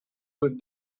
with